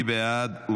לא, לא, לא, אלמוג.